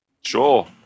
Sure